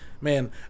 Man